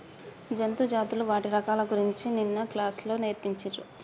జంతు జాతులు వాటి రకాల గురించి నిన్న క్లాస్ లో నేర్పిచిన్రు